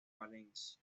valencia